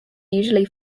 usually